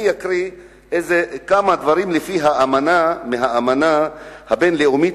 אני אקרא כמה דברים מהאמנה הבין-לאומית